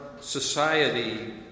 society